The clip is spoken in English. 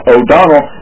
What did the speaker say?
O'Donnell